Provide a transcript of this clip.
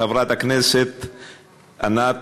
חברת הכנסת ענת,